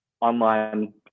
online